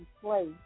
play